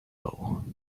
all